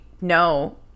no